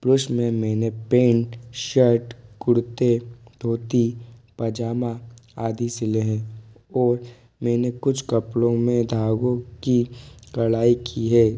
पुरुष में मैंने पेंट शर्ट कुर्ते धोती पजामा आदि सिले हैं और मैंने कुछ कपड़ों में धागों की कढ़ाई की है